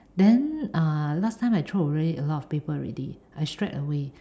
then uh last time I throw away a lot of paper already I shred away